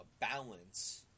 balance